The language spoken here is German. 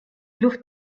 luft